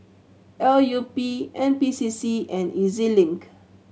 L U P N P C C and E Z Link